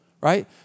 Right